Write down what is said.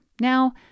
Now